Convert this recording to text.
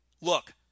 Look